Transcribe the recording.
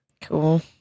Cool